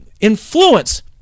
influence